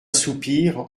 soupir